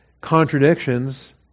contradictions